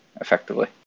effectively